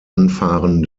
anfahren